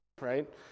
right